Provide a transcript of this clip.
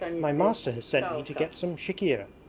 my master has sent me to get some chikhir.